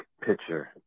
picture